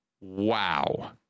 Wow